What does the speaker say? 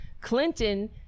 Clinton